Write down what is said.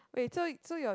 wait so so your